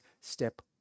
step